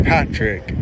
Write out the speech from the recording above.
Patrick